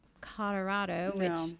Colorado